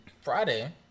Friday